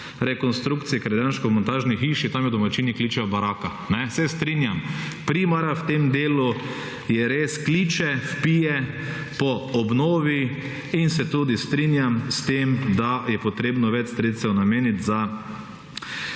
rekonstrukcije, ker je dejansko v montažni hiši. Tam jo domačini kličejo baraka. Se strinjam, primara v tem delu je res, kliče, vpije po obnovi in se tudi strinjam s tem, da je potrebno več sredstev nameniti za